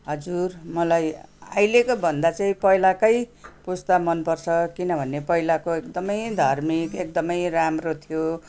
हजुर मलाई अहिलेको भन्दा चै पहिलाकै पुस्ता मन पर्छ किनभने पहिलाको एकदमै धार्मिक एकदमै राम्रो थियो